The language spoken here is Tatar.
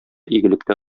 игелекле